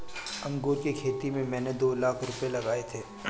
अंगूर की खेती में मैंने दो लाख रुपए लगाए थे